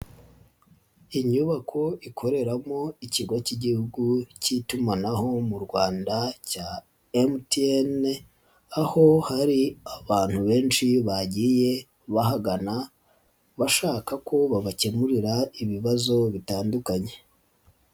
Inyubako ikoreramo ikigo k'Igihugu k'itumanaho mu Rwanda cya MTN aho hari abantu benshi bagiye bahagana bashaka ko babakemurira ibibazo bitandukanye.